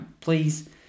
please